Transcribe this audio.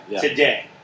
Today